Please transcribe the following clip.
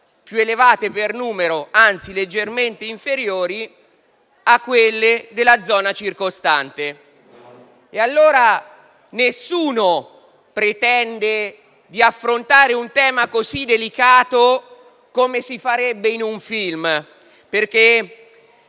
più elevato, ma era anzi leggermente inferiore rispetto a quelle della zona circostante. Nessuno pretende di affrontare un tema così delicato come si farebbe in un film, perché